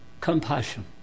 compassion